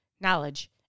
knowledge